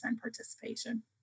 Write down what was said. participation